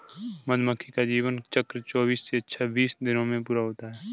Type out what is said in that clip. मधुमक्खी का जीवन चक्र चौबीस से छब्बीस दिनों में पूरा होता है